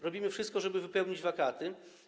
Robimy wszystko, żeby wypełnić wakaty.